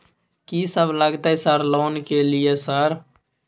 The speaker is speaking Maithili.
कि सब लगतै सर लोन ले के लिए सर?